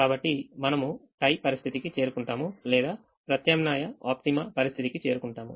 కాబట్టి మనము టై పరిస్థితికి చేరుకుంటాము లేదా ప్రత్యామ్నాయ ఆప్టిమా పరిస్థితికి చేరుకుంటాము